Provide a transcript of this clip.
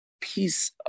piece